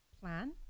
plan